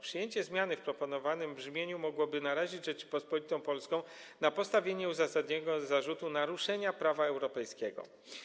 Przyjęcie zmiany w proponowanym brzmieniu mogłoby narazić Rzeczpospolitą Polską na postawienie uzasadnionego zarzutu naruszenia prawa europejskiego.